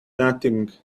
nothing